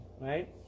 right